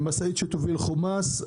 משאית שתוביל חומ"ס,